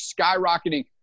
skyrocketing